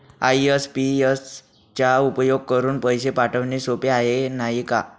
IMPS चा उपयोग करुन पैसे पाठवणे सोपे आहे, नाही का